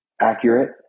accurate